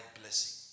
blessing